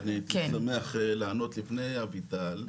אני הייתי שמח לענות לפני אביטל,